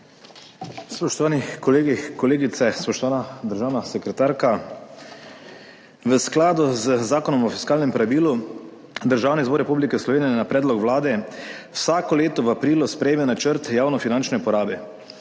Spoštovani kolegi, kolegice, spoštovana državna sekretarka! V skladu z Zakonom o fiskalnem pravilu Državni zbor Republike Slovenije na predlog Vlade vsako leto v aprilu sprejme načrt javno finančne porabe.